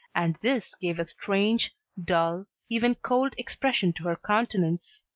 and this gave a strange, dull, even cold expression to her countenance.